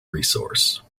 resource